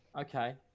Okay